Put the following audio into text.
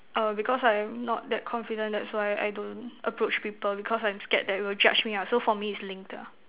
err because I'm not that confident that's why I don't approach people because I'm scared that will judged me lah so for me it's linked ah